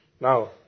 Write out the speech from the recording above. Now